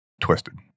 twisted